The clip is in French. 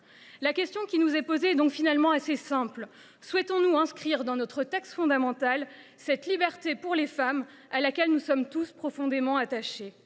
La question qui nous est posée est donc finalement assez simple : souhaitons nous inscrire dans notre texte fondamental cette liberté pour les femmes à laquelle nous sommes tous profondément attachés ?